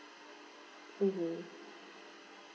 mmhmm